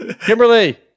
Kimberly